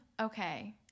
okay